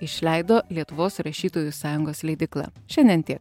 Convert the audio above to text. išleido lietuvos rašytojų sąjungos leidykla šiandien tiek